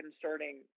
concerning